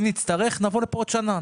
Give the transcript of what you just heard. אם נצטרך, נבוא לכאן בעוד שנה.